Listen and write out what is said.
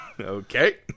Okay